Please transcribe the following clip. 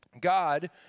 God